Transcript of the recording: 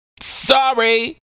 Sorry